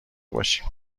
باشیم